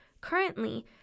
Currently